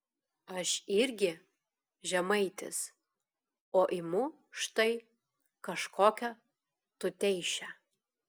aš irgi žemaitis o imu štai kažkokią tuteišę